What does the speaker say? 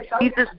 Jesus